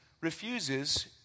refuses